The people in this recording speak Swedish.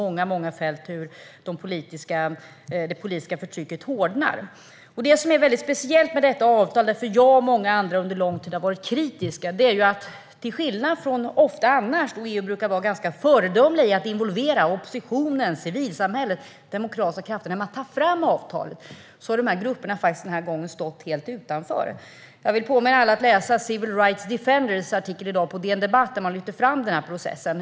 Vi kan på många fält se hur det politiska förtrycket hårdnar. EU brukar vara ganska föredömliga i att involvera oppositionen, civilsamhället och andra demokratiska krafter när man tar fram avtal. Men den här gången har dessa grupper stått helt utanför. Detta är anledningen till att jag och många andra under lång tid har varit kritiska till det här avtalet. Jag vill påminna alla om att läsa Civil Rights Defenders artikel i dag på DN Debatt, där man lyfter fram den här processen.